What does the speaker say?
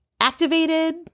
activated